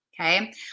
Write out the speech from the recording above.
okay